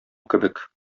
кебек